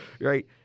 Right